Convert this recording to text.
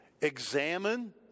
examine